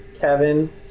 Kevin